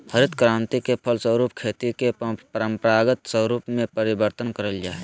हरित क्रान्ति के फलस्वरूप खेती के परम्परागत स्वरूप में परिवर्तन करल जा हइ